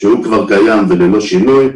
שזה כבר קיים וללא שינוי.